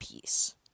Peace